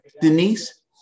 Denise